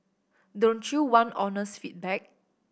don't you want honest feedback